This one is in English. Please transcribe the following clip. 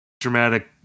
dramatic